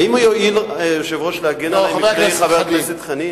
האם יואיל היושב-ראש להגן עלי מפני חבר הכנסת חנין?